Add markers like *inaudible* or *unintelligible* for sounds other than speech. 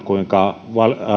*unintelligible* kuinka